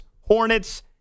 Hornets